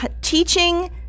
teaching